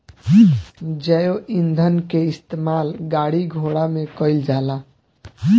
जैव ईंधन के इस्तेमाल गाड़ी घोड़ा में कईल जाला